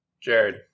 Jared